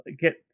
get